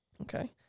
okay